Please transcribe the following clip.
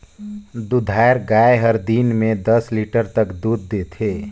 दूधाएर गाय हर दिन में दस लीटर तक दूद देथे